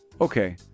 Okay